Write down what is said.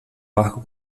barco